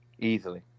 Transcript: Easily